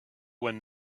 when